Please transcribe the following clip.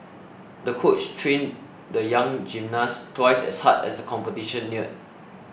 the coach trained the young gymnast twice as hard as the competition neared